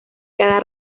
cada